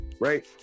right